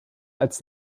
als